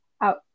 out